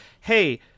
Hey